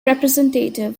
representative